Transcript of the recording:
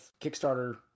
Kickstarter